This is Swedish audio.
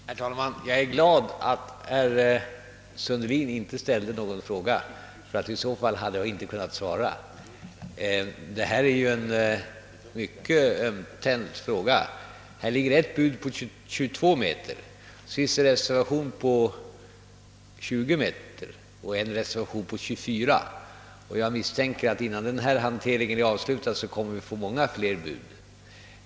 Herr talman! Jag är glad att herr Sundelin inte ställde någon fråga, ty i så fall hade jag inte kunnat svara. Detta är ju ett mycket ömtåligt problem. Här ligger ett bud på 22 meter, det finns en reservation på 20 meter och en reservation på 24. Jag misstänker att vi innan denna hantering är avslutad kommer att få många fler bud.